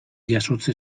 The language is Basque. jasotze